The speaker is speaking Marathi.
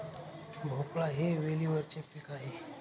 भोपळा हे वेलीवरचे पीक आहे